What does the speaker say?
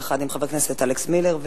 יחד עם חבר הכנסת אלכס מילר.